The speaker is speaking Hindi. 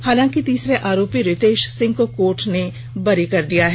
हालांकि तीसरे आरोपी रितेश सिंह को कोर्ट नें बरी कर दिया है